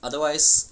otherwise